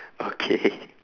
okay